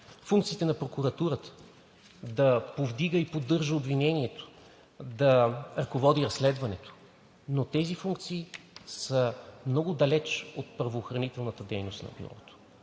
функциите на прокуратурата да повдига и поддържа обвинението, да ръководи разследването, но тези функции са много далеч от правоохранителната дейност на Бюрото.